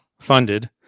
funded